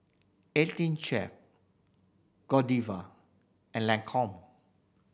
Eighteen Chef Godiva and Lancome